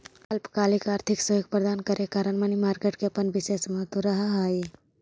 अल्पकालिक आर्थिक सहयोग प्रदान करे कारण मनी मार्केट के अपन विशेष महत्व रहऽ हइ